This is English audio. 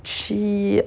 she